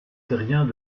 terriens